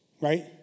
right